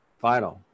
Final